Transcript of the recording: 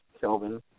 Kelvin